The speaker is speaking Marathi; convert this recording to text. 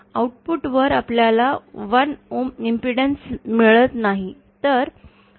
आणि आऊटपुट वर आपल्याला 1 ohms इम्पेडन्स मिळत नाही